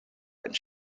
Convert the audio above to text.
einen